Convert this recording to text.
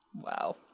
Wow